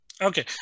Okay